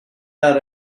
out